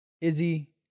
Izzy